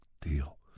deal